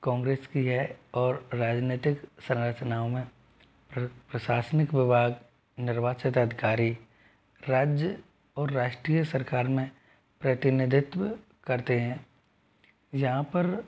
कांग्रेस की है और राजनीतिक संरचनाओं में प्रशासनिक विभाग निर्वाचित अधिकारी राज्य और राष्ट्रीय सरकार में प्रतिनिधित्व करते हैं यहाँ पर